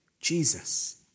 Jesus